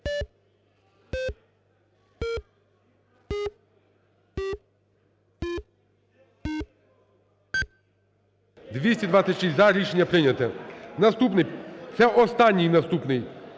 За-226 Рішення прийнято. Наступний, це останній – наступний,